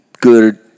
Good